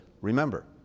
remember